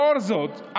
לאור זאת,